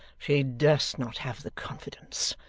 she durst not have the confidence.